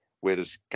whereas